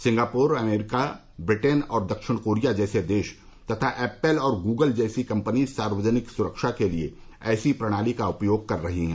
Singapore America Britain और दक्षिण Korea जैसे देश तथा ऐप्पल और गूगल जैसी कंपनी सार्वजनिक सुरक्षा के लिए ऐसी प्रणाली का उपयोग कर रही हैं